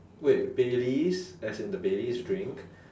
wait baileys as in the baileys drink